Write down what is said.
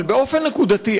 אבל באופן נקודתי,